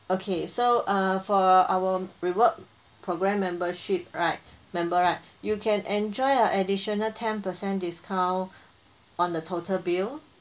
okay so err for our reward program membership right member right you can enjoy a additional ten percent discount on the total bill